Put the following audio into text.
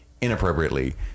inappropriately